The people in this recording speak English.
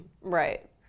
Right